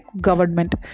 government